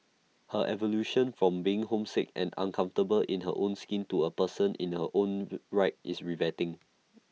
her evolution from being homesick and uncomfortable in her own skin to A person in her own right is riveting